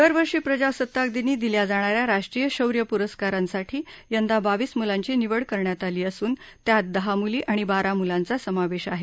दरवर्षी प्रजासत्ताकदिनी दिल्या जाणाऱ्या राष्ट्रीय शौर्य पुरस्कारांसाठी यंदा बावीस मुलांची निवड करण्यात आली असून त्यात दहा मुली आणि बारा मुलांचा समावेश आहे